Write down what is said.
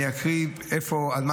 אני אקריא על מה